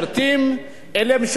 אלה שהם משלמי המסים,